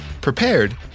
prepared